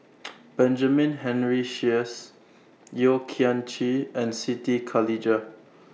Benjamin Henry Sheares Yeo Kian Chye and Siti Khalijah